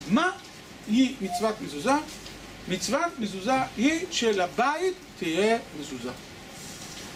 מה היא מצוות מזוזה? מצוות מזוזה היא שלבית תהיה מזוזה